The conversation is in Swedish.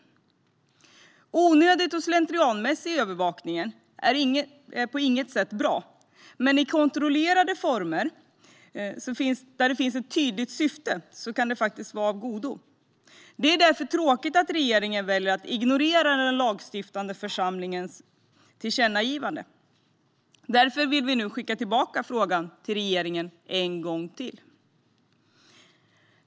Onödig och slentrianmässig övervakning är på inget sätt bra, men under kontrollerade former där det finns ett tydligt syfte kan övervakning vara av godo. Därför är det tråkigt att regeringen väljer att ignorera den lagstiftande församlingens tillkännagivande. Därför vill vi nu skicka tillbaka frågan till regeringen.